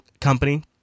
company